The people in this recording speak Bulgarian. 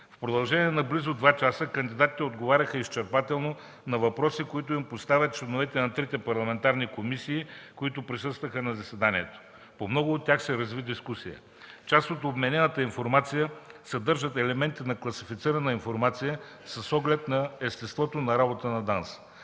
В продължение на близо два часа кандидатите отговаряха изчерпателно на въпроси, които им поставят членовете на трите парламентарни комисии, които присъстваха на заседанието. По много от тях се разви дискусия. Част от обменената информация съдържа елементи на класифицирана информация, с оглед естеството на работа на ДАНС.